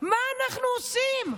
מה אנחנו עושים?